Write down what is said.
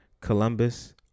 Columbus